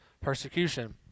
persecution